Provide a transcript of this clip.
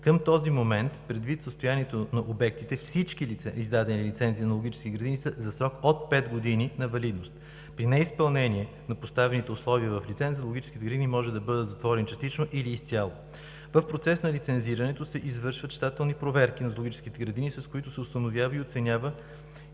Към този момент, предвид състоянието на обектите, всички издадени лицензии на зоологически градини са за срок от пет години на валидност. При неизпълнение на поставените условия в лиценза зоологическите градини може да бъдат затворени частично или изцяло. В процеса на лицензирането се извършват щателни проверки на зоологическите градини, с които се установява и оценява